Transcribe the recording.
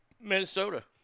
Minnesota